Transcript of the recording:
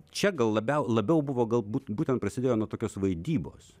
čia gal labiau labiau buvo galbūt būtent prasidėjo nuo tokios vaidybos